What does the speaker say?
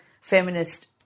feminist